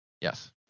yes